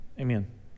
Amen